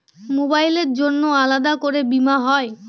মোবাইলের জন্য আলাদা করে বীমা হয়?